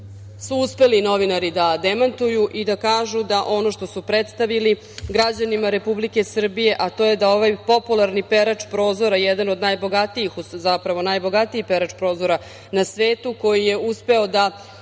su uspeli novinari da demantuju i da kažu da ono što su predstavili građanima Republike Srbije, a to je da ovaj popularni perač prozora, jedan od najbogatijih, zapravo najbogatiji perač prozora na svetu, koji je uspeo da